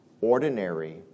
ordinary